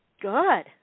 Good